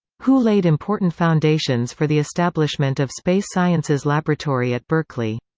who laid important foundations for the establishment of space sciences laboratory at berkeley.